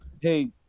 Hey